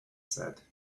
said